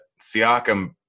Siakam